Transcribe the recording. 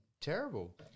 terrible